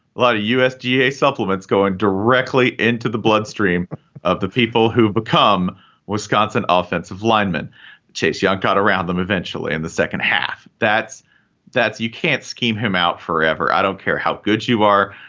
a lot of usda yeah supplements going directly into the bloodstream of the people who become wisconsin. ah offensive lineman chase young got around them eventually in the second half. that's that's you can't scheme him out forever. i don't care how good you are.